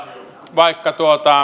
vaikka